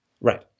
Right